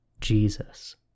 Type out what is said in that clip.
Jesus